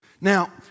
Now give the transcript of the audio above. Now